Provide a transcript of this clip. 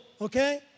okay